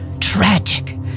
Tragic